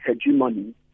hegemony